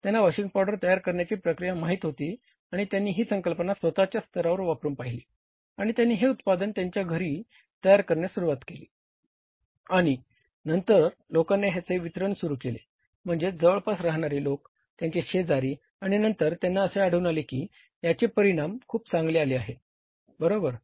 त्यांना washing powder तयार करण्याची प्रक्रिया माहित होती आणि त्यांनी ही संकल्पना स्वत च्या स्तरावर वापरुन पाहिली आणि त्यांनी हे उत्पादन त्यांच्या घरी तयार करण्यास सुरुवात केली आणि नंतर लोकांना ह्याचे वितरण सुरू केले म्हणजे जवळपास राहणारे लोक त्याचे शेजारी आणि नंतर त्यांना असे आढळून आले की याचे परिणाम खूप चांगले आले आहे बरोबर